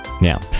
Now